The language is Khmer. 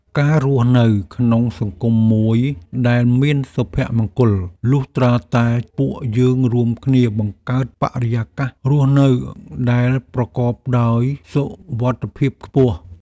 ការរស់នៅក្នុងសង្គមមួយដែលមានសុភមង្គល លុះត្រាតែពួកយើងរួមគ្នាបង្កើតបរិយាកាសរស់នៅដែលប្រកបដោយសុវត្ថិភាពខ្ពស់។